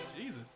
Jesus